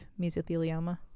mesothelioma